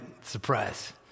surprise